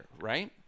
right